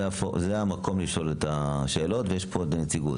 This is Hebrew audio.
זה המקום לשאול את השאלות, ויש פה את הנציגות.